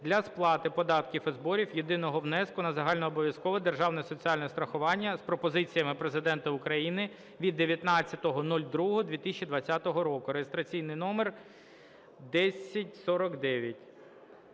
для сплати податків і зборів, єдиного внеску на загальнообов'язкове державне соціальне страхування" з пропозиціями Президента України (від 19.02.2020 року) (реєстраційний номер 1049).